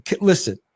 listen